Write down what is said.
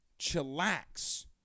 Chillax